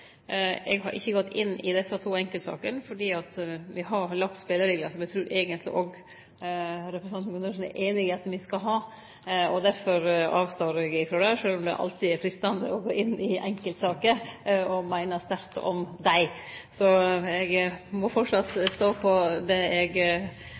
Eg har ikkje gått inn i desse to enkeltsakene, fordi vi har lagt spelereglar som eg trur eigenleg òg representanten Gundersen er einig i at me skal ha. Derfor avstår eg frå det, sjølv om det alltid er freistande å gå inn i enkeltsaker og meine sterkt om dei. Eg må